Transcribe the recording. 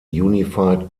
unified